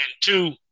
two